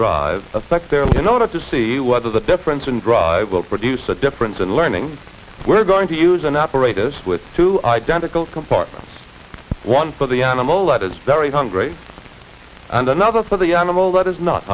drive effect there in order to see whether the difference in dry will produce a difference in learning we're going to use an operator's with two identical compartments one for the animal that is very hungry and another for the animal that is not